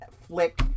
flick